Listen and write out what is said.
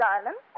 Island